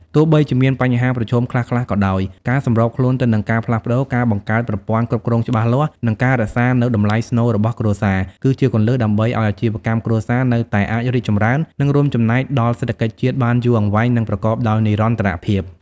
ទោះបីជាមានបញ្ហាប្រឈមខ្លះៗក៏ដោយ ការសម្របខ្លួនទៅនឹងការផ្លាស់ប្តូរ ការបង្កើតប្រព័ន្ធគ្រប់គ្រងច្បាស់លាស់ និងការរក្សានូវតម្លៃស្នូលរបស់គ្រួសារ គឺជាគន្លឹះដើម្បីឲ្យអាជីវកម្មគ្រួសារនៅតែអាចរីកចម្រើន និងរួមចំណែកដល់សេដ្ឋកិច្ចជាតិបានយូរអង្វែង និងប្រកបដោយនិរន្តរភាព។